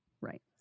right